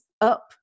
up